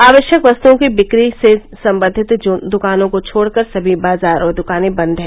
आवश्यक वस्त्ओं की बिक्री से संबंधित दुकानों को छोड़ कर सभी बाजार और दुकानें बंद हैं